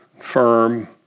firm